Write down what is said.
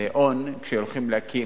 הון כשהולכים להקים